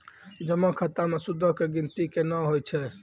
जमा खाता मे सूदो के गिनती केना होय छै?